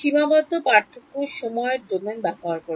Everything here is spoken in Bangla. সীমাবদ্ধ পার্থক্য সময় ডোমেন ব্যবহার করে